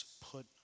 put